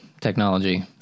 technology